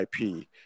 IP